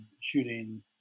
shooting